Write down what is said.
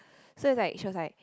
so it's like she was like